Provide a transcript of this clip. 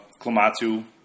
Klamatu